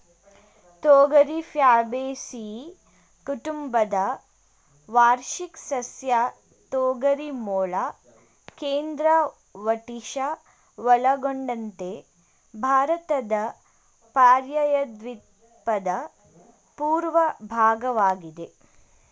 ತೊಗರಿ ಫ್ಯಾಬೇಸಿಯಿ ಕುಟುಂಬದ ವಾರ್ಷಿಕ ಸಸ್ಯ ತೊಗರಿ ಮೂಲ ಕೇಂದ್ರ ಒಡಿಶಾ ಒಳಗೊಂಡಂತೆ ಭಾರತದ ಪರ್ಯಾಯದ್ವೀಪದ ಪೂರ್ವ ಭಾಗವಾಗಿದೆ